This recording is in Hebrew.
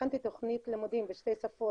הכנתי תוכנית לימודים בשתי שפות,